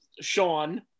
Sean